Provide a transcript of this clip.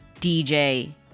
DJ